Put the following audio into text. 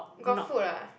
got food ah